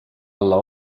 alla